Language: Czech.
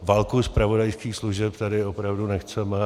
Válku zpravodajských služeb tady opravdu nechceme.